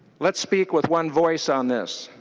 let's speak with one voice on this.